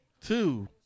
two